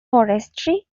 forestry